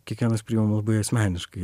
kiekvienas priimam labai asmeniškai